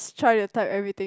try to type everything